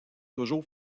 toujours